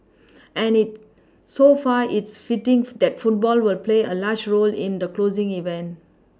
and so far is fitting that football will play a large role in the closing event